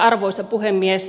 arvoisa puhemies